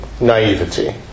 naivety